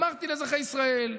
אמרתי לאזרחי ישראל,